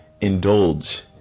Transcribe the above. indulge